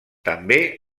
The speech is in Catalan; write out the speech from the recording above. també